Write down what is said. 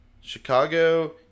Chicago